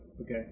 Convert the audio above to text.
Okay